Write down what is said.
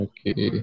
Okay